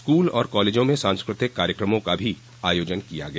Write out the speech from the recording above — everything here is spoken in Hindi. स्कूल और कॉलेजों में सास्कृतिक कार्यक्रमों का भी आयोजन किया गया